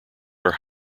are